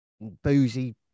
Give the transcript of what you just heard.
boozy